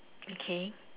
k